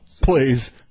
Please